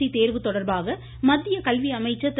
இ தேர்வுத் தொடர்பாக மத்திய கல்வி அமைச்சர் திரு